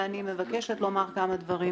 ואני מבקשת לומר כמה דברים.